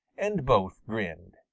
and both grinned.